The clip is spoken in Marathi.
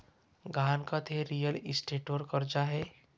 गहाणखत हे रिअल इस्टेटवर कर्ज आहे